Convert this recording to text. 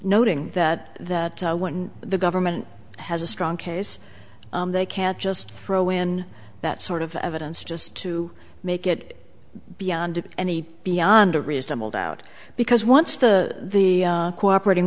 ting that that when the government has a strong case they can't just throw in that sort of evidence just to make it beyond any beyond a reasonable doubt because once the cooperating